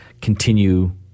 continue